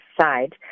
side